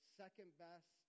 second-best